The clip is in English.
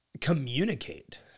communicate